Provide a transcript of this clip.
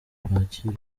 bakire